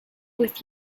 with